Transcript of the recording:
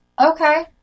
Okay